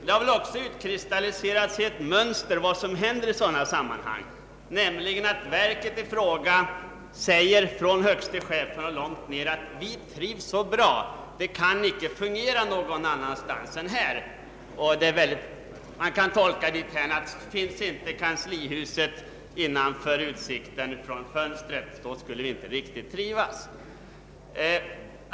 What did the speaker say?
Det har väl också utkristalliserats ett mönster för vad som händer i sådana sammanhang. Verket i fråga — från högste chefen och långt ned — förklarar nämligen att verket trivs så bra och inte kan fungera någon annanstans än här. Man kan tolka det så, att finns inte kanslihuset innanför utsikten från fönstret, skulle verket inte riktigt trivas.